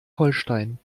holstein